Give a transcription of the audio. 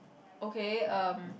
okay um